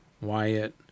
Wyatt